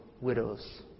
widows